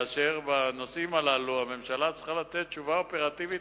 ובנושאים הללו הממשלה צריכה לתת תשובה אופרטיבית